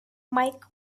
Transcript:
mike